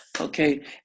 okay